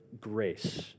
grace